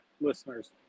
listeners